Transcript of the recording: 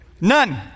None